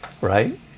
right